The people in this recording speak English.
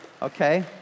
Okay